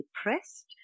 depressed